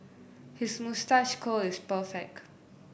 his moustache curl is perfect